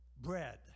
Bread